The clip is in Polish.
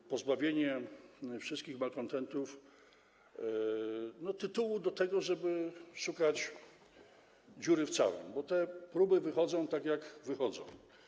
To pozbawienie wszystkich malkontentów tytułu do tego, żeby szukać dziury w całym, bo te próby wychodzą, tak jak wychodzą.